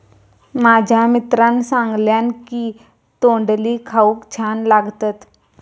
माझ्या मित्रान सांगल्यान की तोंडली खाऊक छान लागतत